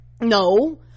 No